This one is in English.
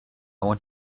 want